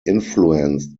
influenced